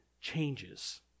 changes